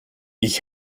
ich